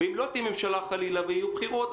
ואם לא תהיה ממשלה ויהיו בחירות,